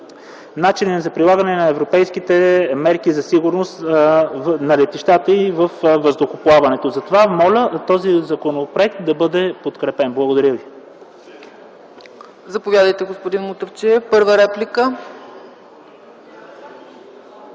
начини за прилагане на европейските мерки за сигурност на летищата и във въздухоплаването. Затова моля, този законопроект да бъде подкрепен. Благодаря ви. ПРЕДСЕДАТЕЛ ЦЕЦКА ЦАЧЕВА: За първа реплика,